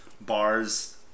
bars